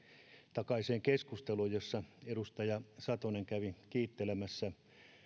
takaiseen keskusteluun jossa edustaja satonen kävi kiittelemässä